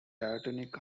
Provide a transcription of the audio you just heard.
diatonic